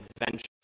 adventure